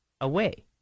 away